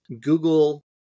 Google